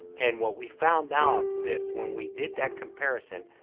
and what we found out that when we did that comparison,